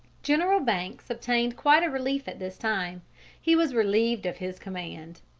general banks obtained quite a relief at this time he was relieved of his command.